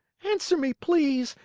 answer me, please!